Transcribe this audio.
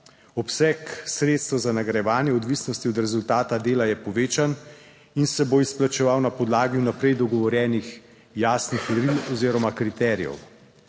Obseg sredstev za nagrajevanje v odvisnosti od rezultata dela je povečan in se bo izplačeval na podlagi vnaprej dogovorjenih jasnih meril oziroma kriterijev.